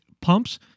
pumps